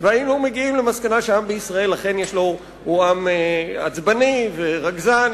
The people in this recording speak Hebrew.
והיינו מגיעים למסקנה שהעם בישראל הוא עם עצבני ורגזן,